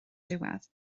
diwedd